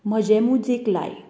म्हजें म्युजिक लाय